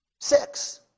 six